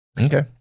Okay